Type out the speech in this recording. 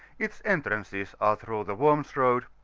its entrances are through the worms road,